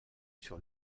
sur